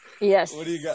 Yes